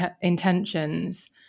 intentions